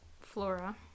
Flora